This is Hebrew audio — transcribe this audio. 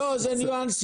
לא, אלה ניואנסים.